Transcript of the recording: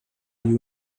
you